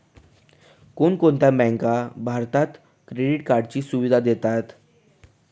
कोणकोणत्या बँका भारतात क्रेडिट कार्डची सुविधा देतात?